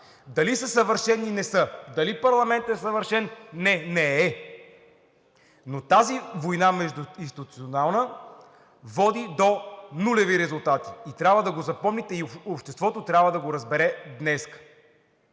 Дали са съвършени? Не са. Дали парламентът е съвършен? Не, не е. Но тази междуинституционална война води до нулеви резултати и трябва да го запомните, и днес обществото трябва да го разбере.